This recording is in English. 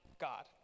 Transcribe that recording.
God